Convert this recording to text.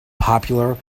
popular